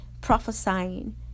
prophesying